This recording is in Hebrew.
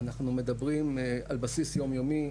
אנחנו מדברים על בסיס יום יומי,